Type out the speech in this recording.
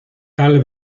tal